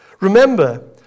remember